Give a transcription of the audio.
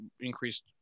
increased